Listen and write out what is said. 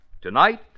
Tonight